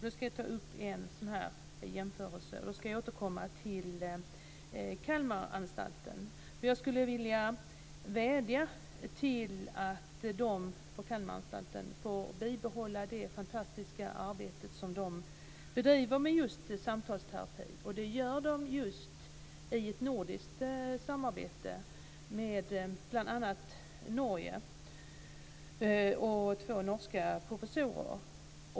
Då ska jag ta en jämförelse, och jag återkommer till Kalmaranstalten. Jag vädjar om att de på Kalmaranstalten får bibehålla det fantastiska arbete som de bedriver med just samtalsterapi. De gör det just i ett nordiskt samarbete med bl.a. Norge, med två norska professorer.